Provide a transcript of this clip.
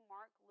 Mark